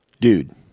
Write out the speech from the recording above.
Dude